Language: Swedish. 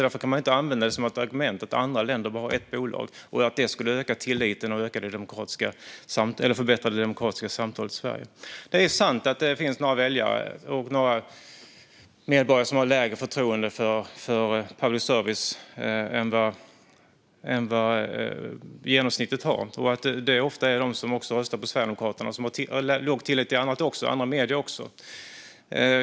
Därför kan man inte använda som argument att andra länder bara har ett bolag och att det skulle öka tilliten och förbättra det demokratiska samtalet i Sverige. Det är sant att det finns några väljare och några medborgare som har lägre förtroende för public service än genomsnittet har. Och de röstar ofta på Sverigedemokraterna och har låg tillit också till andra medier.